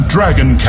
Dragon